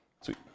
Sweet